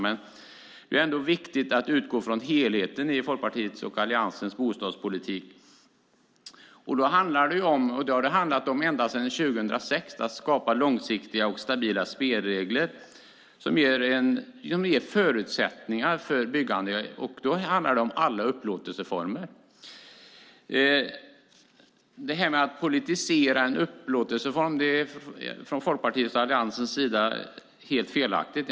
Men det är ändå viktigt att utgå från helheten i Folkpartiets och Alliansens bostadspolitik. Den har ända sedan 2006 handlat om att skapa långsiktiga och stabila spelregler som ger förutsättningar för byggande. Då handlar det om alla upplåtelseformer. Enligt Folkpartiet och Alliansen är det helt fel att politisera en upplåtelseform.